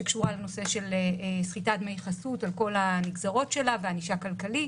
שקשורה לנושא של סחיטת דמי חסות על כל הנגזרות שלה וענישה כלכלית.